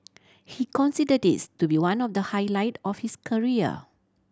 he consider this to be one of the highlight of his career